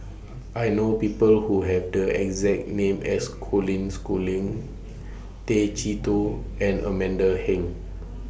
I know People Who Have The exact name as Colin Schooling Tay Chee Toh and Amanda Heng